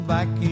Back